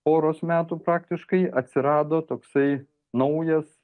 poros metų praktiškai atsirado toksai naujas